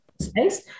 space